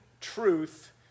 truth